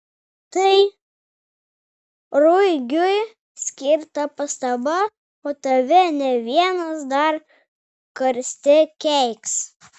tai ruigiui skirta pastaba o tave ne vienas dar karste keiks